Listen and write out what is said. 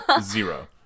Zero